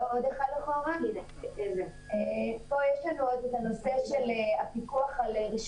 לא ניתן לקדם עד להסדרת נושא הלבנת ההון.